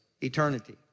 eternity